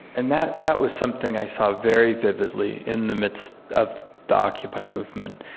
and that that was something i saw very vividly in the midst of the occupy movement.